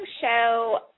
show